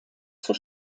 zur